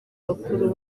bakuru